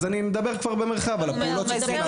אז אני מדבר כבר במרחב על הפעולות שצריך לעשות בפריפריה.